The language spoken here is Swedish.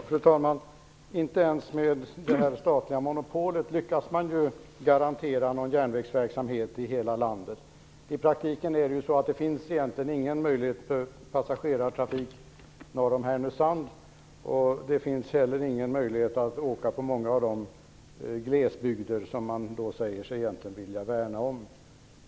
Fru talman! Inte ens med det statliga monopolet lyckas man ju garantera järnvägstrafik i hela landet. I praktiken finns egentligen inga möjligheter till passagerartrafik norr om Härnösand. Det finns heller ingen möjlighet att åka tåg till många av de glesbygder som man säger sig vilja värna om.